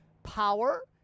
power